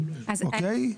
אוקיי?